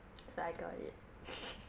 looks like I got it